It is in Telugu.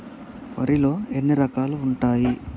వరిలో ఎన్ని రకాలు ఉంటాయి?